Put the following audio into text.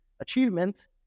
achievement